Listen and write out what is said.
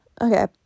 Okay